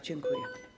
Dziękuję.